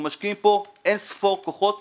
אנחנו משקיעים פה אין ספור כוחות